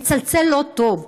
מצלצל לא טוב,